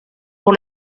pour